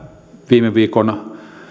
viime viikon